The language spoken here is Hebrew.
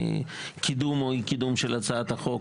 מהקידום או האי-קידום של הצעת החוק,